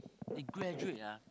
he graduate ah